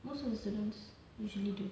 most of the students usually do